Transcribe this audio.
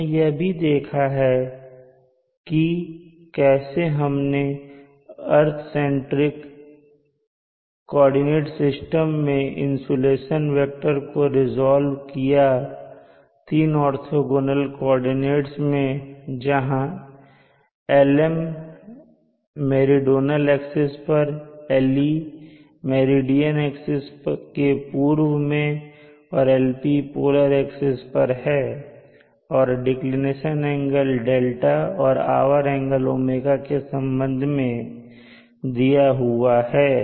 हमने यह भी देखा है कि कैसे हमने अर्थ सेंट्रिक कोऑर्डिनेट सिस्टम में इंसुलेशन वेक्टर को रीज़ाल्व्ड किया 3 ऑर्थोंगोनल कोऑर्डिनेट में जहां Lm मेरीडोनल एक्सिस पर Le मेरिडियन एक्सिस के पूर्व में और Lp पोलर एक्सिस पर है और डिक्लिनेशन एंगल δ और आवर एंगल ω के संबंध में दिया हुआ है